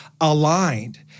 aligned